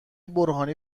برهانی